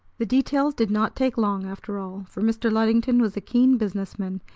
the details did not take long, after all for mr. luddington was a keen business man,